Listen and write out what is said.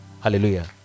Hallelujah